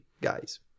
guys